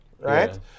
right